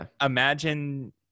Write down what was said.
imagine